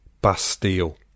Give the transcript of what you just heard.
Bastille